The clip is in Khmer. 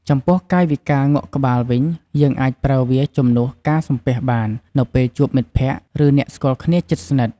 ចំពោះកាយវិការងក់ក្បាលវិញ យើងអាចប្រើវាជំនួសការសំពះបាន នៅពេលជួបមិត្តភក្តិ ឬអ្នកស្គាល់គ្នាជិតស្និទ្ធ។